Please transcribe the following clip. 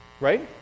Right